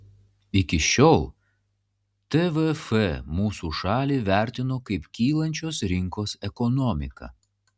iki šiol tvf mūsų šalį vertino kaip kylančios rinkos ekonomiką